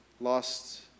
lost